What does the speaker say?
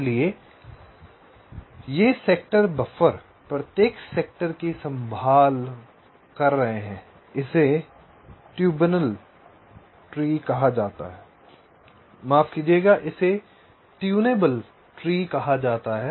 इसलिए ये sector buffer प्रत्येक सेक्टर को संभाल रहे हैं इसे ट्यूनेबल ट्री कहा जाता है